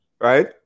right